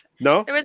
no